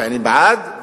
ואני בעד,